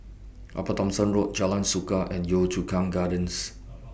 Upper Thomson Road Jalan Suka and Yio Chu Kang Gardens